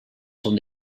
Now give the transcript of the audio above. són